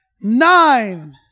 Nine